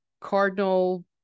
Cardinal